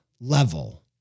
level